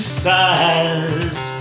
size